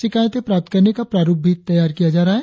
शिकायतें प्राप्त करने का प्रारुप भी तैयार किया जा रहा है